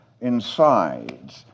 inside